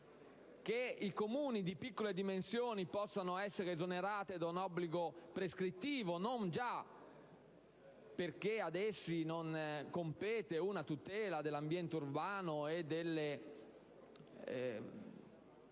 che i Comuni di piccole dimensioni possano essere esonerati da un obbligo prescrittivo, non già perché ad essi non compete la tutela dell'ambiente urbano e delle